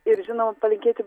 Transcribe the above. ir žinoma palinkėti